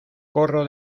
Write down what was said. corro